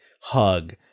hug